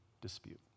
dispute